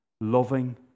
loving